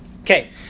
Okay